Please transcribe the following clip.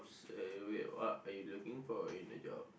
s~ wait what are you looking for in a job